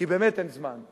כי באמת אין זמן,